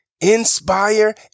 inspire